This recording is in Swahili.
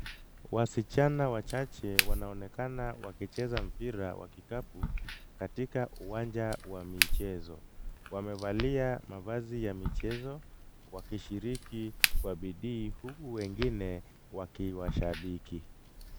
Wasichana wachache wanaonekana wakicheza mpira wa kikapu katika uwanja wa michezo. Wamevalia mavazi ya michezo wakishiriki kwa bidii, huku wengine wakiwashabiki.